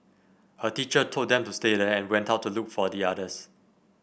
a teacher told them to stay there and went out to look for the others